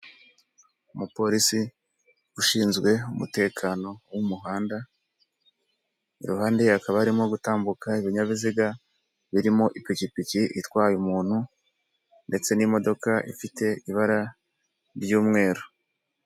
Umupolisi ushinzwe umutekano w'umuhanda, iruhande hakaba harimo gutambuka ibinyabiziga birimo ipikipiki itwaye umuntu ndetse n'imodoka ifite ibara ry'umweru.